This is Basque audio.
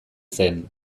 zen